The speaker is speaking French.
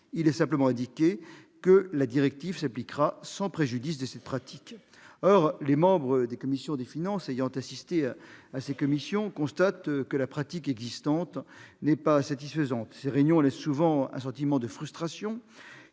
Il est simplement indiqué que la directive s'appliquera sans préjudice de cette « pratique ». Or les membres de la commission des finances ayant assisté à ces conférences constatent que la pratique existante n'est pas satisfaisante. Ces réunions laissent souvent un sentiment de frustration